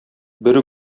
бер